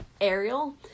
Ariel